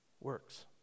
works